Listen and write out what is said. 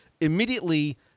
immediately